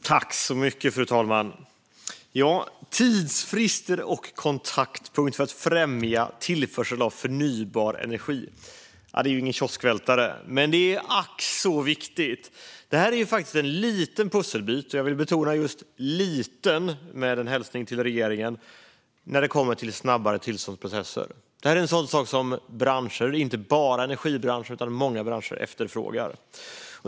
Fru talman! Tidsfrister och kontaktpunkt för att främja tillförsel av förnybar energi är ingen kioskvältare, men det är ack så viktigt. Det här är en liten pusselbit - jag vill betona just "liten", med en hälsning till regeringen - när det kommer till snabbare tillståndsprocesser. Det är en sådan sak som branscher, inte bara energibranschen utan många branscher, efterfrågar.